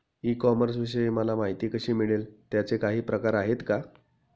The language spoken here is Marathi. ई कॉमर्सविषयी मला माहिती कशी मिळेल? त्याचे काही प्रकार आहेत का?